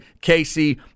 Casey